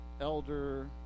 elder